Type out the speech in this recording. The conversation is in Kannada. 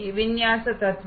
ವಿನ್ಯಾಸ ತತ್ವಗಳು